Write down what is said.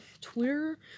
Twitter